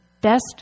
best